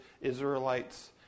Israelites